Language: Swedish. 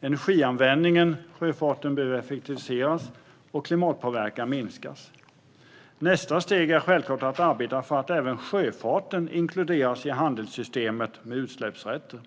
Energianvändningen i sjöfarten behöver effektiviseras och klimatpåverkan minskas. Nästa steg är självklart att arbeta för att även sjöfarten inkluderas i handelssystemet med utsläppsrätter.